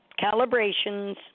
calibrations